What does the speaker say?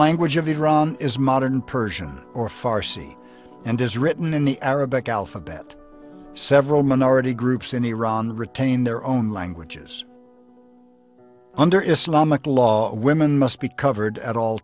language of iran is modern persian or farsi and is written in the arabic alphabet several minority groups in iran retain their own languages under islamic law women must be covered at all